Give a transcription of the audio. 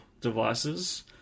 devices